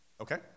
Okay